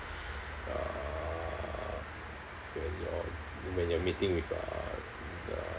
uh when you're when you're meeting with uh